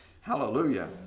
Hallelujah